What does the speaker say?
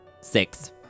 Six